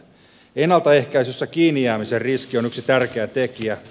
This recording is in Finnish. ennaltaehkäisyssä kiinni jäämisen riski on yksi tärkeä tekijä